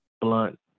blunt